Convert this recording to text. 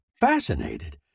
fascinated